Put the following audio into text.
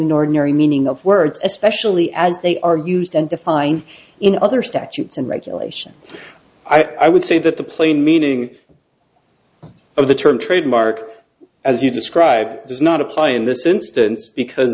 in ordinary meaning of words especially as they are used and defined in other statutes and regulation i would say that the plain meaning of the term trademark as you describe it does not apply in this instance because